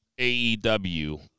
AEW